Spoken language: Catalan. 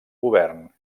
govern